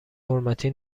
حرمتی